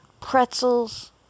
pretzels